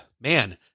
man